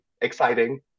Exciting